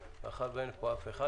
מאחר שאין פה אף אחד,